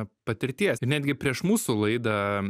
patirties ir netgi prieš mūsų laidą